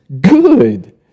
good